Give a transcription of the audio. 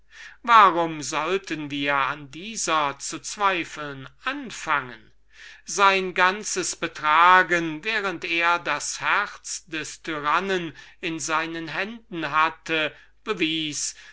warum sollten wir an dieser zu zweifeln anfangen sein ganzes betragen während daß er das herz des tyrannen in seinen händen hatte